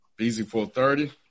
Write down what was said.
BZ430